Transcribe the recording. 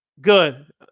Good